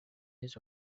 his